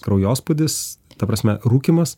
kraujospūdis ta prasme rūkymas